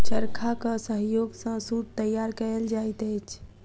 चरखाक सहयोग सॅ सूत तैयार कयल जाइत अछि